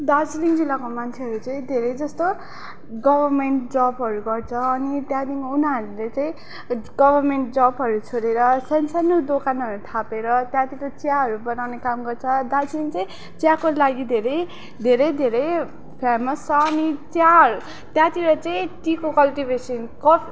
दार्जिलिङ जिल्लाको मान्छेहरू चाहिँ धेरै जस्तो गभर्मेन्ट जबहरू गर्छ अनि त्यहाँदेखि उनीहरूले चाहिँ गभर्मेन्ट जबहरू छोडेर सानसानु दोकानहरू थापेर त्यहाँदेखि चियाहरू बनाउने काम गर्छ दार्जिलिङ चाहिँ चियाको लागि धेरै धेरै धेरै फेमस छ अनि चिया त्यहाँतिर चाहिँ टीको कल्टिभेसन कफ्